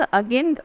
again